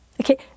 Okay